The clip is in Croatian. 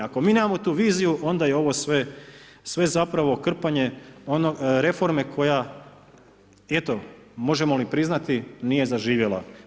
Ako mi nemamo tu viziju onda je ovo sve zapravo krpanje reforme koja, eto možemo li priznati nije zaživjela.